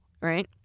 Right